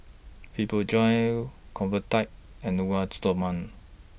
Fibogel Convatec and Stoma